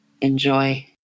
Enjoy